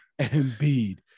Embiid